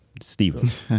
steve